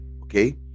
okay